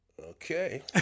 Okay